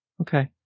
Okay